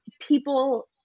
people